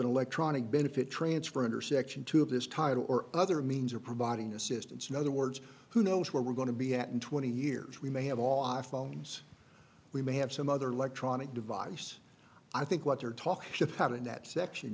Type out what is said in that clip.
electronic benefit transfer under section two of this title or other means of providing assistance in other words who knows where we're going to be at in twenty years we may have all our phones we may have some other electronic device i think what they're talking shit about in that section